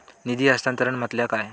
निधी हस्तांतरण म्हटल्या काय?